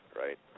right